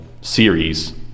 series